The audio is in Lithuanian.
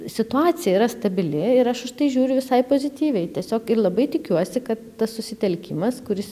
situacija yra stabili ir aš užtai žiūriu visai pozityviai tiesiog ir labai tikiuosi kad tas susitelkimas kuris